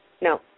No